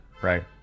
right